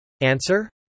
Answer